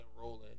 rolling